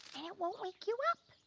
and it won't wake you up.